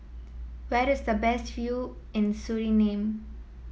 where is the best view in Suriname